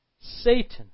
Satan